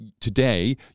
today